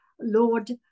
Lord